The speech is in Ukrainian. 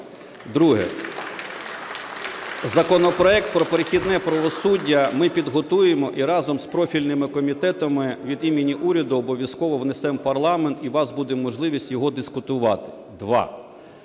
Друге. Законопроект про перехідне правосуддя ми підготуємо і разом з профільними комітетами від імені уряду обов'язково внесемо в парламент, і у вас буде можливість його дискутувати. Два.